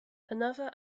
another